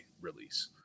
release